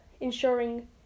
ensuring